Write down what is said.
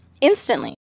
instantly